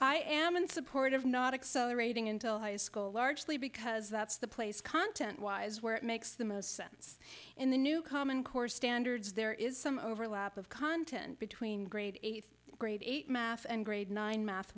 i am in support of not accelerating into high school largely because that's the place content wise where it makes the most sense in the new common core standards there is some overlap of content between grade eight grade eight math and grade nine math